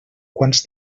quants